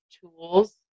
tools